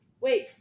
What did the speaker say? wait